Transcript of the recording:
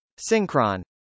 Synchron